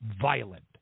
violent